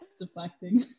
deflecting